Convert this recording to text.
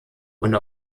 und